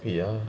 ya